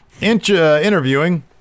interviewing